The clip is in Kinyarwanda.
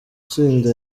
tsinda